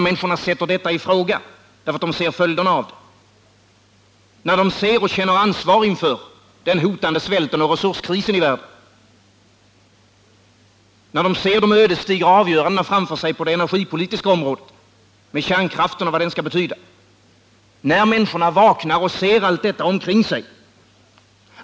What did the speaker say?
Människorna sätter den filosofin i fråga, därför att de ser följderna av den. De känner ansvar inför den hotande svälten och resurskrisen i världen. De ser de ödesdigra avgörandena framför sig på det energipolitiska området, med kärnkraften och vad den skall betyda.